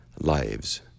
lives